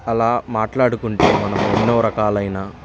అలా మాట్లాడుకుంటే మనం ఎన్నో రకాలైన